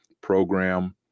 program